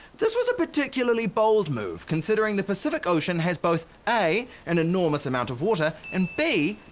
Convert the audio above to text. this was a particularly bold move considering the pacific ocean has both a, an enormous amount of water and b,